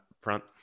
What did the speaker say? front